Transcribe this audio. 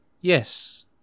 Yes